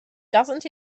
doesn’t